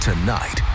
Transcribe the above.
Tonight